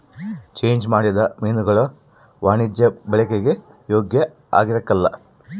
change ಮಾಡಿದ ಮೀನುಗುಳು ವಾಣಿಜ್ಯ ಬಳಿಕೆಗೆ ಯೋಗ್ಯ ಆಗಿರಕಲ್ಲ